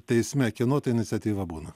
teisme kieno tai iniciatyva būna